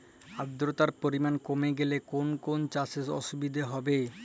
আদ্রতার পরিমাণ কমে গেলে কোন কোন চাষে অসুবিধে হবে?